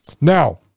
now